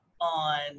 on